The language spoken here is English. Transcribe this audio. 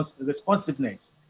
responsiveness